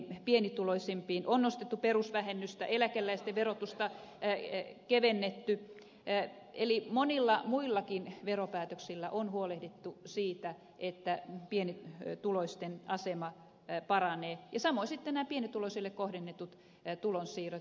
on nostettu perusvähennystä eläkeläisten verotusta kevennetty eli monilla muillakin veropäätöksillä on huolehdittu siitä että pienituloisten asema paranee ja samoin sitten näillä pienituloisille kohdennetuilla tulonsiirroilla